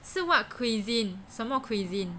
so what cuisine 什么 cuisine